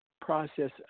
process